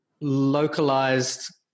localized